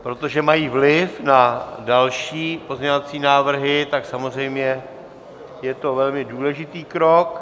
Protože mají vliv na další pozměňovací návrhy, tak samozřejmě je to velmi důležitý krok.